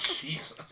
Jesus